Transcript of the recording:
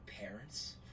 parents